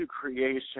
creation